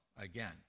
again